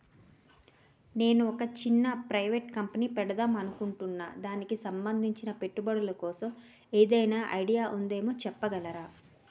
నేను ఒక చిన్న ప్రైవేట్ కంపెనీ పెడదాం అనుకుంటున్నా దానికి సంబందించిన పెట్టుబడులు కోసం ఏదైనా ఐడియా ఉందేమో చెప్పగలరా?